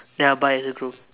then I'll buy as a group